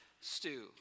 stew